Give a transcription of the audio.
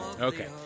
Okay